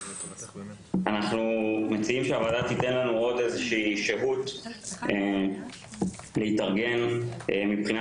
אנחנו מציעים שהוועדה תיתן לנו עוד איזושהי שהות להתארגן מבחינה